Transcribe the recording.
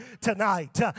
tonight